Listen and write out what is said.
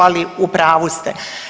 Ali u pravu ste.